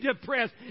depressed